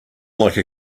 like